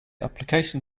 application